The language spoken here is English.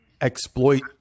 exploit